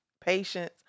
patience